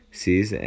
sees